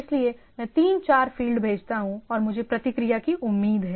इसलिए मैं तीन चार फ़ील्ड भेजता हूं और मुझे प्रतिक्रिया की उम्मीद है